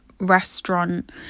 restaurant